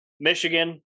Michigan